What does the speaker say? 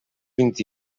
vint